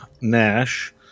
Nash